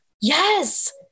Yes